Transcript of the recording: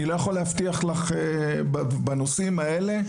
אני לא יכול להבטיח בנושאים האלה,